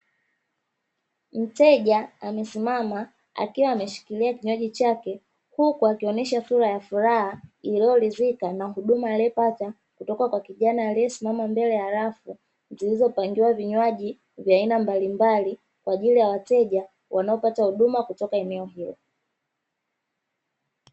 Mteja amesimama, akiwa ameshikilia kinywaji chake, huku akionesha sura ya furaha iliyoridhika na huduma aliyoipata kutoka kwa kijana aliyesimama mbele ya rafu; zilizopangiwa vinywaji vya aina mbalimbali, kwa ajili ya wateja wanaopata huduma kutoka eneo hilo.